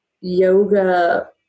yoga